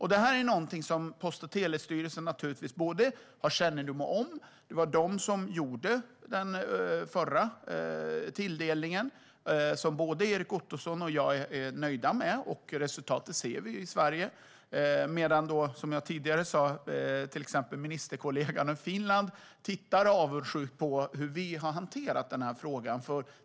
Det här är någonting som Post och telestyrelsen naturligtvis har kännedom om. Det var de som gjorde den förra tilldelningen, som både Erik Ottoson och jag är nöjda med. Resultatet ser vi i Sverige. Som jag tidigare sa tittar till exempel ministerkollegan i Finland avundsjukt på hur vi har hanterat den här frågan.